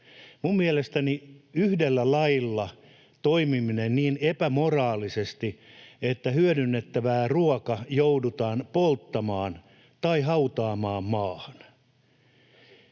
Minun mielestäni yhdellä lailla toimiminen niin epämoraalisesti, että hyödynnettävä ruoka joudutaan polttamaan tai hautaamaan maahan...